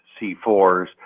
C4s